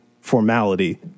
formality